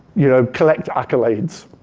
you know, collect accolades.